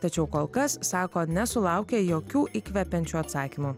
tačiau kol kas sako nesulaukė jokių įkvepiančių atsakymų